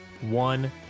one